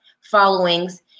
followings